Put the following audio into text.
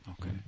Okay